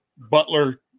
Butler